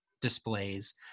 displays